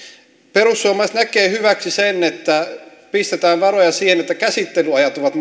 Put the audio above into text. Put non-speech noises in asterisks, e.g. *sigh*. perussuomalaiset näkevät hyväksi sen että pistetään varoja siihen että käsittelyajat ovat *unintelligible*